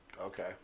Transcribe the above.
Okay